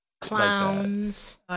Clowns